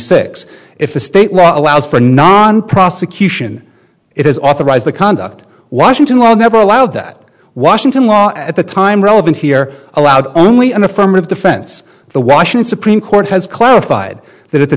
six if a state law allows for non prosecution it is authorized to conduct washington long never allowed that washington law at the time relevant here allowed only an affirmative defense the washington supreme court has clarified that at the